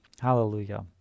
Hallelujah